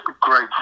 great